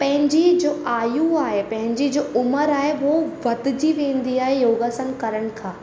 पंहिंजी जो आयु आहे पंहिंजी जो उमिरि आहे वो वधिजी वेंदी आहे योगासन करण खां